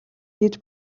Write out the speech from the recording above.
хийж